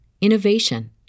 innovation